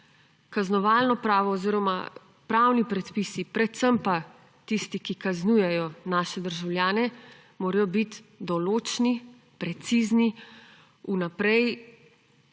Kaznovalno pravo oziroma pravni predpisi, predvsem pa tisti, ki kaznujejo naše državljane, morajo biti določni, precizni, vnaprej